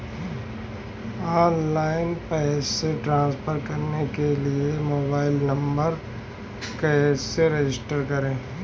Online पैसे transfer करने के लिए मोबाइल नंबर कैसे रजिस्टर करें?